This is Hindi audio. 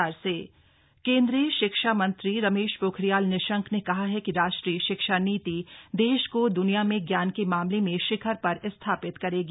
दीक्षांत समारोह केंद्रीय शिक्षा मंत्री रमेश पोखरियाल निशंक ने कहा है कि राष्ट्रीय शिक्षा नीति देश को द्निया में ज्ञान के मामले में शिखर पर स्थापित करेगी